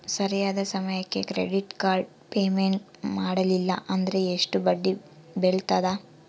ಸರಿಯಾದ ಸಮಯಕ್ಕೆ credit card payment ಮಾಡಲಿಲ್ಲ ಅಂದ್ರೆ ಎಷ್ಟು ಬಡ್ಡಿ ಬೇಳ್ತದ?